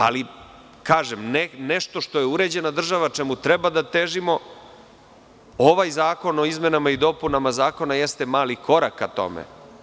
Kažem, nešto što je uređena država, čemu treba da težimo, ovaj zakon o izmenama i dopunama zakona jeste mali korak ka tome.